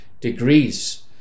degrees